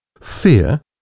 Fear